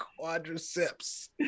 quadriceps